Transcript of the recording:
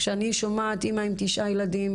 כשאני שומעת אמא עם תשעה ילדים,